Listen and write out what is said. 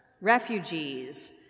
refugees